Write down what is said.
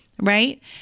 right